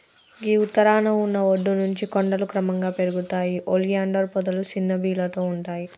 గీ ఉత్తరాన ఉన్న ఒడ్డు నుంచి కొండలు క్రమంగా పెరుగుతాయి ఒలియాండర్ పొదలు సిన్న బీలతో ఉంటాయి